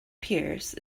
pierce